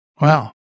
Wow